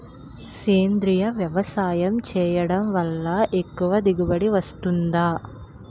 సేంద్రీయ వ్యవసాయం చేయడం వల్ల ఎక్కువ దిగుబడి వస్తుందా?